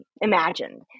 imagined